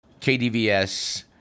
KDVS